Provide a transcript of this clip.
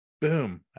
boom